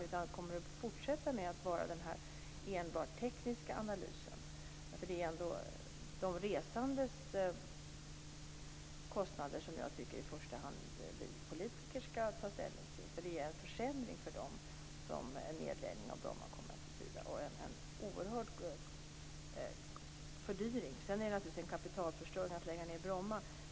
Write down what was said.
Kommer man även i fortsättningen att göra enbart den tekniska analysen? Det är ändå de resandes kostnader som jag tycker att vi politiker i första hand skall ta ställning till. En nedläggning av Bromma kommer att betyda en försämring för dem och en oerhörd fördyring. Det är naturligtvis en kapitalförstöring att lägga ned Bromma.